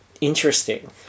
interesting